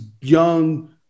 young